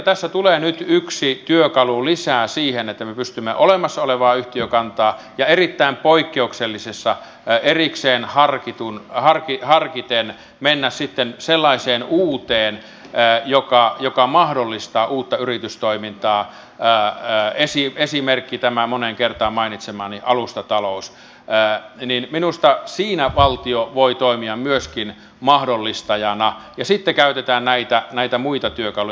tässä tulee nyt yksi työkalu lisää olemassa olevaan yhtiökantaan ja erittäin poikkeuksellisesti erikseen harkiten pystymme menemään sitten sellaiseen uuteen joka mahdollistaa uutta yritystoimintaa esimerkkinä tämä moneen kertaan mainitsemani alustatalous ja minusta siinä valtio voi toimia myöskin mahdollistajana ja sitten käytetään näitä muita työkaluja